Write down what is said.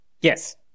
Yes